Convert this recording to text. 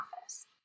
office